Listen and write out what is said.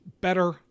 better